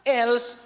else